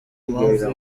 mpamvu